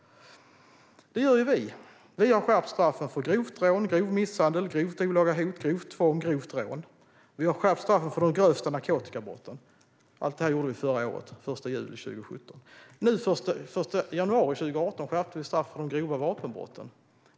Det gör det när vi regerar. Vi har skärpt straffen för grovt rån, grov misshandel, grovt olaga hot, grovt tvång, grovt rån och de grövsta narkotikabrotten. Allt detta gjorde vi förra året, den 1 juli 2017. Den 1 januari 2018 skärpte vi straffet för de grova vapenbrotten.